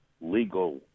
legal